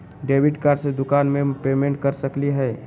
Debit card से दुकान में पेमेंट कर सकली हई?